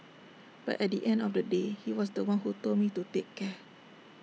but at the end of the day he was The One who told me to take care